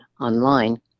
online